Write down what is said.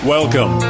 Welcome